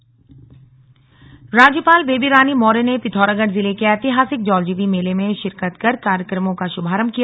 राज्यपाल राज्यपाल बेबी रानी मौर्य ने पिथौरागढ़ जिले के ऐतिहासिक जौलजीबी मेले में शिरकत कर कार्यक्रमों का शुभारंभ किया